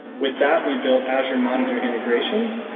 with that, we built azure monitor integrations,